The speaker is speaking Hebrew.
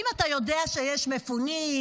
האם אתה יודע שיש מפונים,